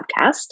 podcast